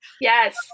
yes